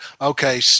okay